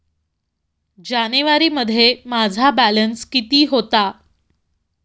जानेवारीमध्ये माझा बॅलन्स किती होता?